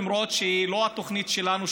למרות שהיא לא התוכנית שלנו,